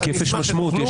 להיקף יש משמעות.